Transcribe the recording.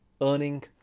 earning